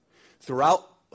Throughout